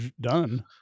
done